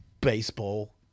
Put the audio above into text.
baseball